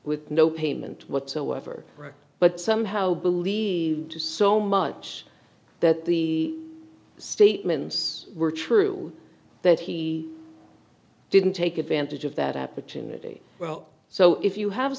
with no payment whatsoever but somehow believe you so much that the statements were true that he didn't take advantage of that opportunity well so if you have